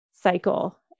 cycle